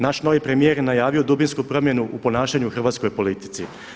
Naš novi premijer je najavio dubinsku promjenu u ponašanju u hrvatskoj politici.